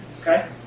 Okay